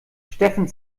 steffen